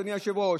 אדוני היושב-ראש: